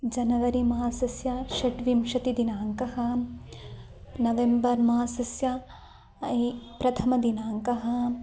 January मासस्य षड्विंशतिः दिनाङ्कः नवेम्बर् मासस्य प्रथमदिनाङ्कः